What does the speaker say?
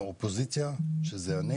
מהאופוזיציה שזה אני